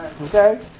Okay